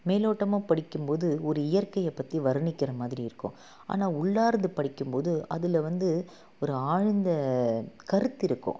மேலோட்டமாக படிக்கும் போது ஒரு இயற்கையை பற்றி வருணிக்கிற மாதிரி இருக்கும் ஆனால் உள்ளார்ந்து படிக்கும் போது அதில் வந்து ஒரு ஆழ்ந்த கருத்து இருக்கும்